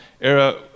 era